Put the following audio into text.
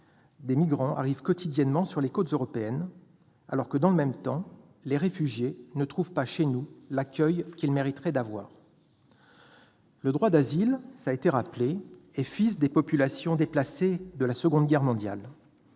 des migrants arrivent quotidiennement sur les côtes européennes alors que, dans le même temps, les réfugiés ne trouvent pas chez nous l'accueil qu'ils mériteraient. Le droit d'asile est fils des populations déplacées de la Seconde Guerre mondiale.